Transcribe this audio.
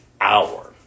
hour